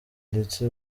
ndetse